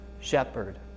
shepherd